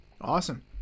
awesome